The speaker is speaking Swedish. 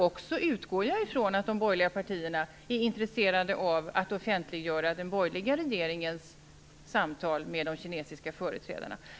Jag utgår från att också de borgerliga partierna är intresserade av att offentliggöra den borgerliga regeringens samtal med de kinesiska företrädarna.